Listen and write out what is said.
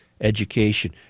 education